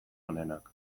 onenak